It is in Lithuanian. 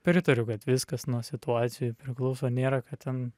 pritariu kad viskas nuo situacijų priklauso nėra kad ten